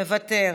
מוותר,